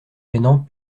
gênants